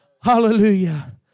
hallelujah